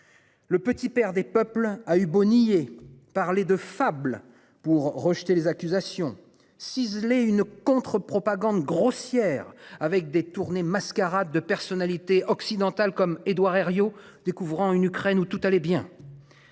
Le Petit Père des peuples a eu beau nier parler de fable pour rejeter les accusations ciseler une contre-propagande grossière avec des tournées mascarade. 2 personnalités occidentales comme Édouard Herriot, découvrant une Ukraine où tout allait bien.